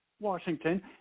Washington